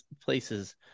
places